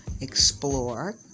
explore